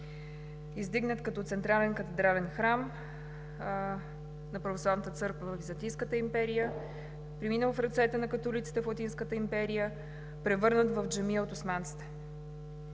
издигнат като централен катедрален храм на православната църква във Византийската империя, минал в ръцете на католиците в Латинската империя, превърнат в джамия от османците.